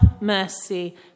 mercy